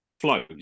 flow